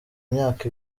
myaka